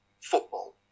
football